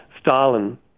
Stalin